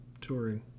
Touring